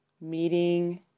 meeting